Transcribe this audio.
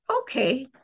okay